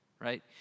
right